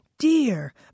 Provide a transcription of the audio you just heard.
Dear